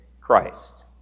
Christ